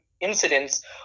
incidents